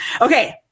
Okay